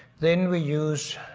then we use.